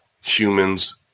humans